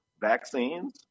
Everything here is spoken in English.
vaccines